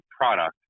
product